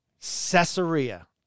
Caesarea